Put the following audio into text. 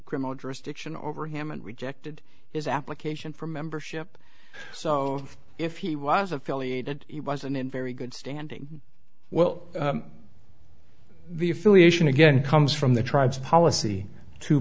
criminal jurisdiction over him and rejected his application for membership so if he was affiliated he wasn't in very good standing well the affiliation again comes from the tribes policy to